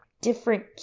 different